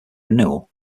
renewal